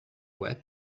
web